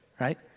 right